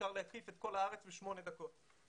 אפשר להקיף את כל הארץ בשמונה דקות.